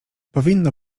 powinno